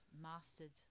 mastered